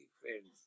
Friends